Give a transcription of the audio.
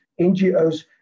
NGOs